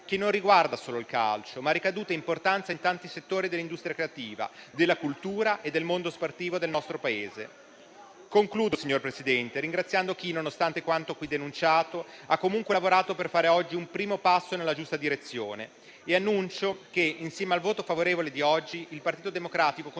che non riguarda solo il calcio, ma ha ricadute importanti in tanti settori dell'industria creativa, della cultura e del mondo sportivo del nostro Paese. Concludo, signor Presidente, ringraziando chi, nonostante quanto qui denunciato, ha comunque lavorato per fare oggi un primo passo nella giusta direzione e annuncio che, insieme al voto favorevole di oggi, il Partito Democratico continuerà